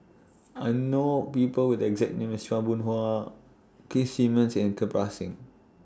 I know People Who Have The exact name as Chua Boon Hwa Keith Simmons and Kirpal Singh